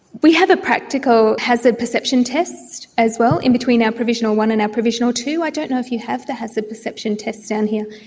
we have a practical hazard perception test as well in between our provisional one and our provisional two. i don't know if you have the hazard perception test down here.